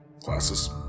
classes